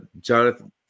Jonathan